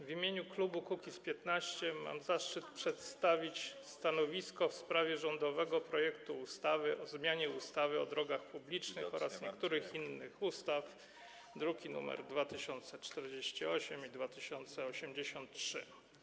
W imieniu klubu Kukiz’15 mam zaszczyt przedstawić stanowisko w sprawie rządowego projektu ustawy o zmianie ustawy o drogach publicznych oraz niektórych innych ustaw, druki nr 2048 i 2083.